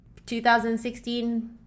2016